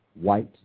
white